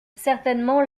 certainement